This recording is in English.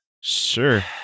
Sure